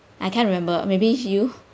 I can't remember maybe you